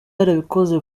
yarabikoze